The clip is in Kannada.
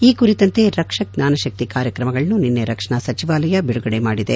ಈ ಕುರಿತಂತೆ ರಕ್ಷಕ್ ಜ್ವಾನಶಕ್ತಿ ಕಾರ್ಯಕ್ರಮಗಳನ್ನು ನಿನ್ನೆ ರಕ್ಷಣಾ ಸಚಿವಾಲಯ ಬಿಡುಗಡೆ ಮಾಡಿದೆ